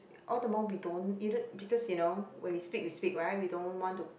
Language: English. all them all we don't either because you know when we speak we speak right we don't want to